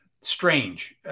strange